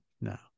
No